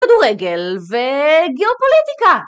כדורגל וגיאופוליטיקה